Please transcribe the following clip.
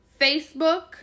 Facebook